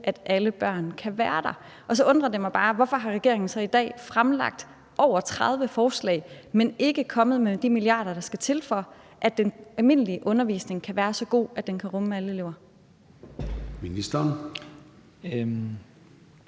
at alle børn kan være der. Så undrer det mig bare, at regeringen i dag har fremlagt over 30 forslag, men ikke er kommet med de milliarder, der skal til, for at den almindelige undervisning kan være så god, at den kan rumme alle elever. Kl.